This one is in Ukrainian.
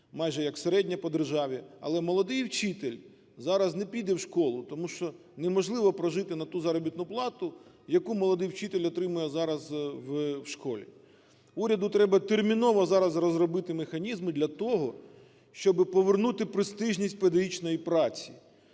майже як середня по державі. Але молодий вчитель зараз не піде в школу, тому що неможливо прожити на ту заробітну плату, яку молодий вчитель отримує в школі. Уряду треба терміново зараз розробити механізми для того, щоби повернути престижність педагогічної праці,